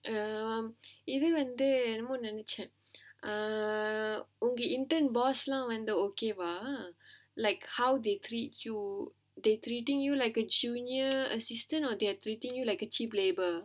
um even வந்து என்னமோ நினைச்சேன்:vandhu ennamo ninaichaen err okay intern boss லான் வந்து:laan vandhu okay வா:vaa like how they treat you they treating you like a junior assistant or they're treating you like a cheap labour